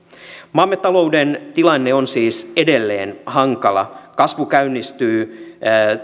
maamme talouden tilanne on siis edelleen hankala kasvu käynnistyy